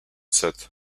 seth